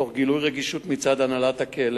תוך גילוי רגישות מצד הנהלת הכלא